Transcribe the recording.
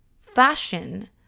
fashion